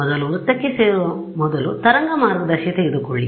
ಮೊದಲು ವೃತ್ತಕ್ಕೆ ಸೇರುವ ಮೊದಲು ತರಂಗ ಮಾರ್ಗದರ್ಶಿ ತೆಗೆದುಕೊಳ್ಳಿ